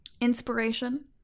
inspiration